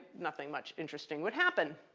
nothing much interesting would happen.